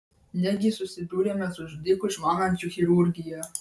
negi susidūrėme su žudiku išmanančiu chirurgiją